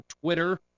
Twitter